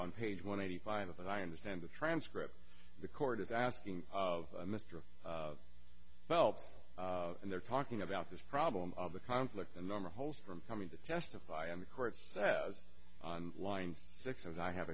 on page one eighty five and i understand the transcript the court is asking of mister phelps and they're talking about this problem of the conflict and number holes from coming to testify in court says on line six as i have